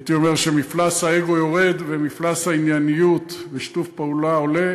הייתי אומר שמפלס האגו יורד ומפלס הענייניות ושיתוף הפעולה עולה,